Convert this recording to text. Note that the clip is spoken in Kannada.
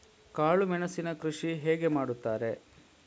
ಕಾಳು ಮೆಣಸಿನ ಕೃಷಿ ಹೇಗೆ ಮಾಡುತ್ತಾರೆ?